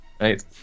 Right